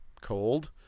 cold